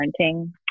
parenting